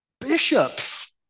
Bishops